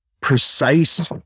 precise